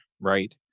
right